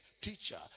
teacher